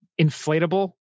inflatable